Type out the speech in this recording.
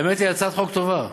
האמת, היא הצעת חוק טובה,